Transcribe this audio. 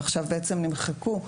ועכשיו נמחקו.